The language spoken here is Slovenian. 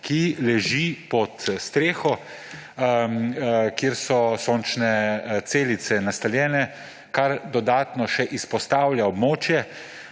ki leži pod streho, kjer so sončne celice nastavljene, kar še dodatno izpostavlja območje